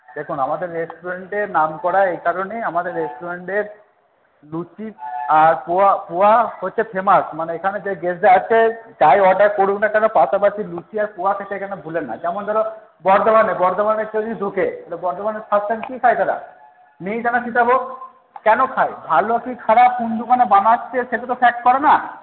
দেখুন আমাদের রেস্টুরেন্টে নাম করা এই কারণেই আমাদের রেস্টুরেন্টের লুচি আর পোহা পোহা হচ্ছে ফেমাস মানে এখানে যে গেস্টরা আসে যাই অর্ডার করুক না কেন পাশাপাশি লুচি আর পোহা খেতে এখানে ভোলেন না যেমন ধরো বর্ধমানে বর্ধমানে কেউ যদি ঢোকে তাহলে বর্ধমানে ফার্স্ট টাইম কী খায় তারা মিহিদানা সীতাভোগ কেন খায় ভালো কি খারাপ কোন দোকানে বানাচ্ছে সেটা তো ফ্যাক্ট করে না